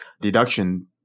deduction